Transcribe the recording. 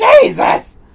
Jesus